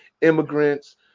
immigrants